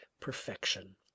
perfection